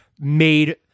made